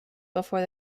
before